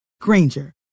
Granger